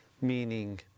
meaning